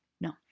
No